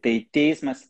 tai teismas